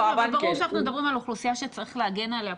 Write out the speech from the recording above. ברור שאנחנו מדברים על אוכלוסייה שצריך להגן עליה.